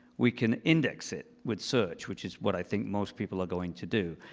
we can index it with search, which is what i think most people are going to do.